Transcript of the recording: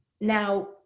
now